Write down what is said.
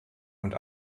und